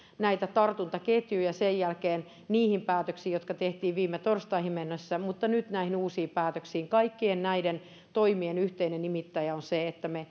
näitä tartuntaketjuja sen jälkeen niihin päätöksiin jotka tehtiin viime torstaihin mennessä ja nyt näihin uusiin päätöksiin kaikkien näiden toimien yhteinen nimittäjä on se että me